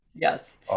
Yes